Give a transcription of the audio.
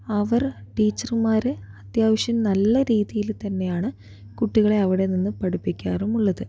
അവർ ടീച്ചർമാർ അത്യാവശ്യം നല്ല രീതിയിൽ തന്നെയാണ് കുട്ടികളെ അവിടെ നിന്ന് പഠിപ്പിക്കാറുമുള്ളത്